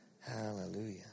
hallelujah